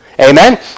Amen